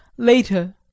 later